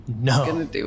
No